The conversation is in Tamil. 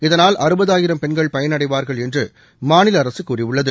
இதனால் அறுபதாயிரம் பெண்கள் பயனடைவார்கள் என்று மாநில அதசு கூறியுள்ளது